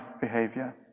behavior